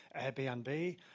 Airbnb